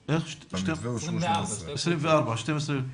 24, שתי קבוצות.